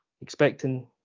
expecting